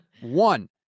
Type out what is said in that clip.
one